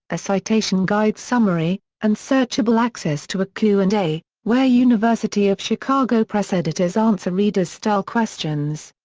a citation guide summary, and searchable access to a q and a, where university of chicago press editors answer readers' style questions.